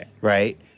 Right